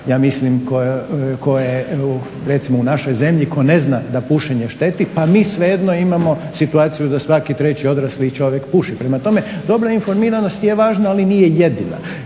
ja mislim ko je, recimo u našoj zemlji, ko ne zna da pušenje šteti, pa mi svejedno imamo situaciju da svaki 3 odrasli čovjek puši. Prema tome, dobra informiranost je važan, ali nije jedina.